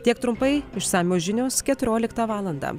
tiek trumpai išsamios žinios keturioliktą valandą